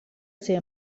ser